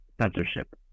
Censorship